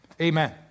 amen